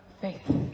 Faith